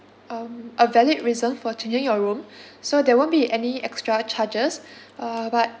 um a valid reason for changing your room so there won't be any extra charges uh but